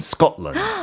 Scotland